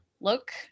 look